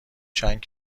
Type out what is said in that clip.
چند